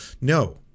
no